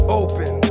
open